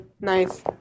nice